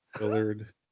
willard